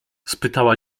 spytała